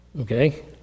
Okay